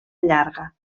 llarga